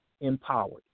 empowered